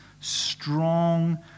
strong